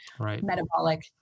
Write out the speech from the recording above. metabolic